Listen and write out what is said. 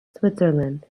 switzerland